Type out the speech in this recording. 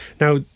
Now